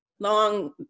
long